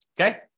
Okay